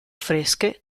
fresche